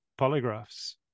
polygraphs